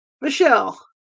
Michelle